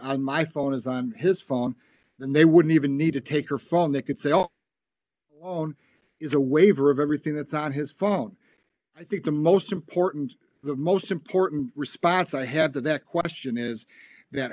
on my phone is on his phone and they wouldn't even need to take her from that could say oh own is a waiver of everything that's on his phone i think the most important the most important response i had to that question is that